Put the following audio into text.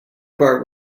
part